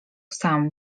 sam